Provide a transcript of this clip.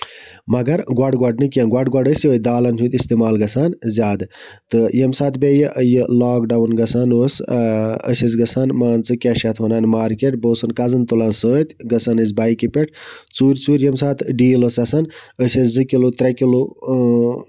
مَگر گۄڈٕ گۄڈٕ نہٕ کیٚنہہ گوڈٕ گوڈٕ اوس یِہوے دالَن ہُند اِستعمال گژھان زیادٕ تہٕ ییٚمہِ ساتہٕ بییٚہِ یہِ لاکڈَوُن گژھان اوس أسۍ ٲسۍ گژھان مان ژٕ کیاہ چھِ اتھ وَنان مارکٮ۪ٹ بہٕ اوسَن کَزٕن تُلان سۭتۍ گژھان ٲسۍ بایکہِ پٮ۪ٹھ ژوٗرِ ژوٗرِ ییٚمہِ ساتہٕ ڈیٖل ٲس آسان أسۍ ٲسۍ زٕ کِلوٗ ترٛےٚ کِلوٗ اۭں